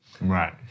Right